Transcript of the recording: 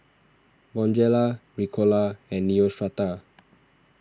Bonjela Ricola and Neostrata